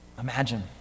Imagine